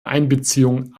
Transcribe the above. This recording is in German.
einbeziehung